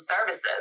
services